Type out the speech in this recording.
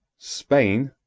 spain,